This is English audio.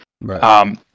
Right